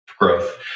Growth